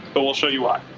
but we'll show you why.